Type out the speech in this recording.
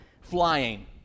flying